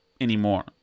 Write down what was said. anymore